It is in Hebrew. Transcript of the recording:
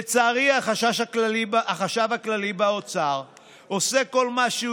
לצערי החשב הכללי באוצר עושה כל מה שהוא